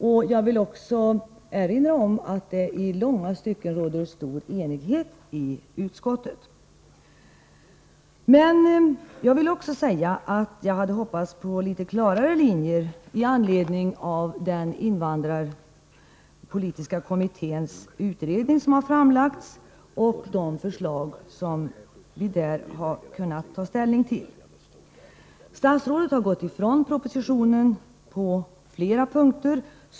Vidare vill jag erinra om att det i långa stycken råder stor enighet i utskottet. Jag hade dock hoppats på litet klarare linjer i anledning av det betänkande som invandrarpolitiska kommittén lagt fram och de förslag som vi i det sammanhanget haft att ta ställning till. Statsrådet har frångått utredningen på flera punkter.